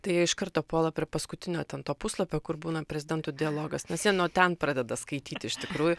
tai jie iš karto puola prie paskutinio ten to puslapio kur būna prezidentų dialogas nes jie nuo ten pradeda skaityti iš tikrųjų